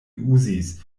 uzis